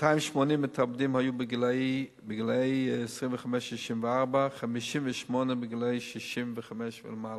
280 מתאבדים היו בני 25 64 ו-58 היו בני 65 ומעלה.